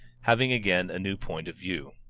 having again a new point of view.